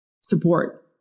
support